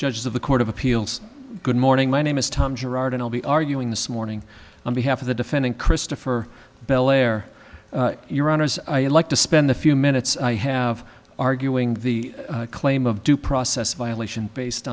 judges of the court of appeals good morning my name is tom girard and i'll be arguing this morning on behalf of the defendant christopher bel air your honor as i like to spend a few minutes i have arguing the claim of due process violation based